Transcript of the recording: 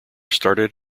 started